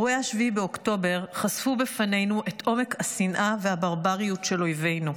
אירועי 7 באוקטובר חשפו בפנינו את עומק השנאה והברבריות של אויבינו.